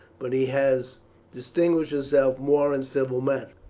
but he has distinguished himself more in civil matters.